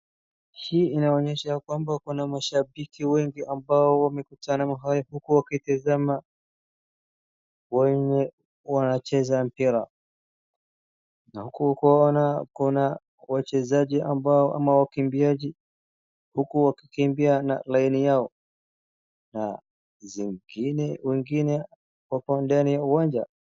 Hii inaonyesha ya kwamba kuna mashabiki wengi ambao wamekutana mahali huku wakitazama wenye wanacheza mpira. Na huku kuona kuna wachezaji ambao ama wakimbiaji huku wakikimbia na laini yao na zingine wengine wako ndani ya uwanja.